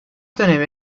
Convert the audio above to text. dönemi